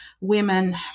women